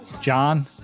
John